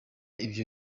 ivyo